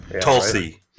tulsi